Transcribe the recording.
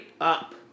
up